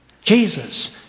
Jesus